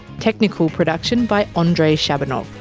technical production by um andrei shabunov,